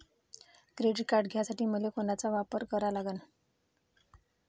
Credit card घ्यासाठी मले कोनचा फारम भरा लागन?